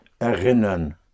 erinnern